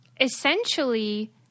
essentially